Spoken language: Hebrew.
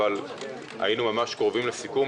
אבל היינו ממש קרובים לסיכום.